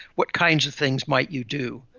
what kinds of things might you do?